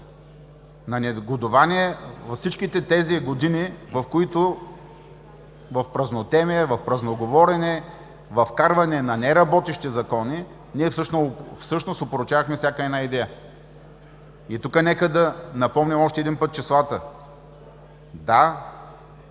на негодувание във всичките тези години, в които в празнотемие, в празноговорене, във вкарване на неработещи закони и ние всъщност опорочавахме всяка една идея. И тук нека да напомня още един път числата. Да,